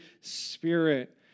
Spirit